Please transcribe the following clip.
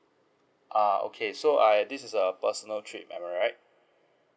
ah okay so uh this is a personal trip am I right